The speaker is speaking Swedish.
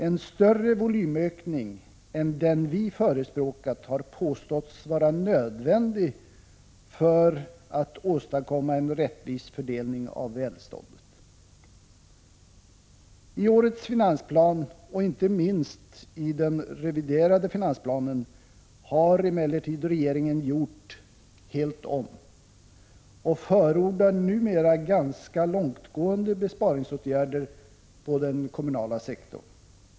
En större volymökning än den vi förespråkat har påståtts vara nödvändig för att åstadkomma en rättvis fördelning av välståndet. I årets finansplan och inte minst i den reviderade finansplanen har emellertid regeringen gjort helt om och förordar numera ganska långtgående besparingsåtgärder på den kommunala sektorn.